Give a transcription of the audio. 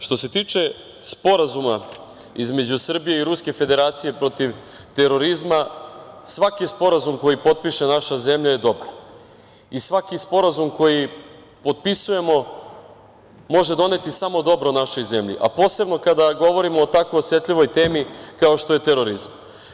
Što se tiče Sporazuma između Srbije i Ruske Federacije protiv terorizma, svaki sporazum koji potpiše naša zemlja je dobar i svaki sporazum koji potpisujemo može doneti samo dobro našoj zemlji, a posebno kada govorimo o tako osetljivoj temi kao što je terorizam.